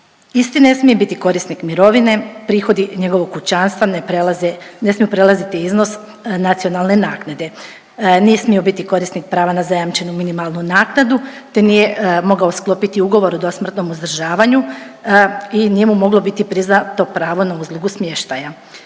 isti ne smije biti korisnik mirovine, prihodi njihovog kućanstva ne prelaze, ne smiju prelaziti iznos nacionalne naknade, ne smiju biti korisnik prava na zajamčenu minimalnu naknadu, te nije mogao sklopiti ugovor o dosmrtnom uzdržavanju i nije mu moglo biti priznato pravo na uslugu smještaja.